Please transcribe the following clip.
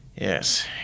Yes